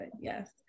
Yes